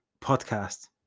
podcast